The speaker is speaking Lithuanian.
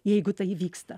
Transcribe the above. jeigu tai įvyksta